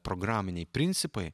programiniai principai